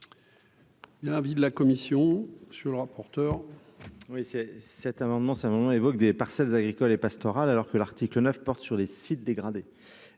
un avis de la commission sur le rapporteur. Oui, c'est cet amendement sa maman évoque des parcelles agricoles et pastorales, alors que l'article 9 portent sur des sites dégradés,